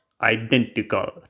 identical